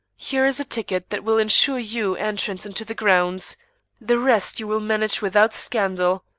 here is a ticket that will insure you entrance into the grounds the rest you will manage without scandal.